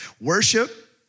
Worship